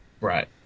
right